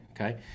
okay